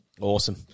Awesome